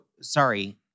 sorry